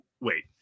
Wait